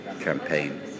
campaign